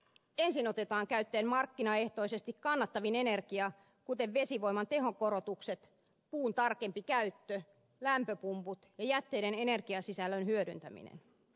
ensin otetaan käyttöön markkinaehtoisesti kannattavin energia kuten vesivoiman tehonkorotukset puun tarkempi käyttö lämpöpumput sekä jätteiden energiasisällön hyödyntäminen